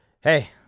hey